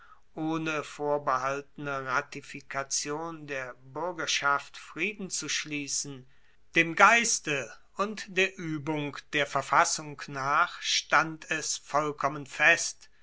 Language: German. ohne vorbehaltene ratifikation der buergerschaft frieden zu schliessen dem geiste und der uebung der verfassung nach stand es vollkommen fest